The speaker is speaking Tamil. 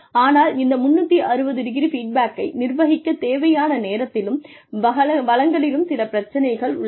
ஆனால் இந்த 360° ஃபீட்பேக்கை நிர்வகிக்கத் தேவையான நேரத்திலும் வளங்களிலும் சில பிரச்சனைகள் உள்ளன